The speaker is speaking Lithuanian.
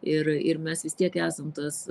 ir ir mes vis tiek esam tas